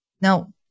Now